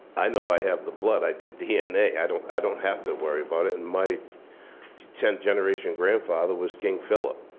i know i have the blood, i did dna, i don't i don't have to worry about it. and my tenth generation grandfather was king philip.